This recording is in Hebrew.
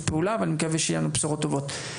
פעולה ואני מקווה שיהיו לנו בשורות טובות.